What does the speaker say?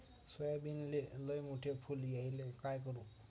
सोयाबीनले लयमोठे फुल यायले काय करू?